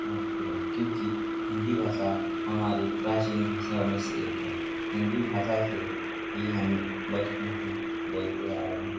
महत्त्वपूर्ण है क्योंकि हिंदी भाषा हमारी प्राचीन भाषाओं में से एक है हिंदी भाषा से ही हम बचपन से बोलते आ रहे हैं